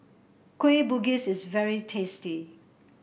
Kueh Bugis is very tasty